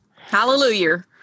Hallelujah